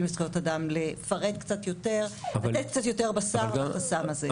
לזכויות אדם לתת קצת יותר "בשר" בחסם הזה.